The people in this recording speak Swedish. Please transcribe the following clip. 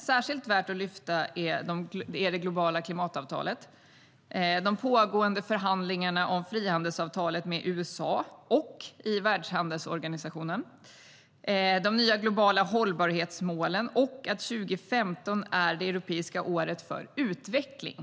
Särskilt värt att lyfta fram är det globala klimatavtalet, de pågående förhandlingarna om frihandelsavtalet med USA och i världshandelsorganisationen, de nya globala hållbarhetsmålen och att 2015 är det europeiska året för utveckling.